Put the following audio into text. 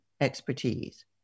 expertise